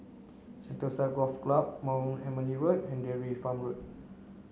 Sentosa Golf Club Mount Emily Road and Dairy Farm Road